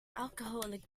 alcoholic